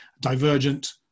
divergent